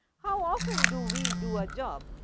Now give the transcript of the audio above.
how often do we do a job?